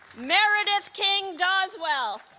meredith king doswell